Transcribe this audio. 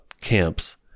camps